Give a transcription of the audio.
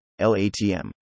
LATM